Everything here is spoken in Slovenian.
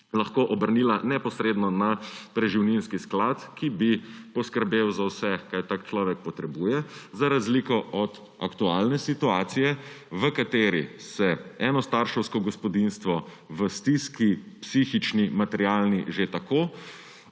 lahko obrnila neposredno na preživninski sklad, ki bi poskrbel za vse, kaj tak človek potrebuje, za razliko od aktualne situacije, v kateri se enostarševsko gospodinjstvo v stiski, psihični, materialni že tako,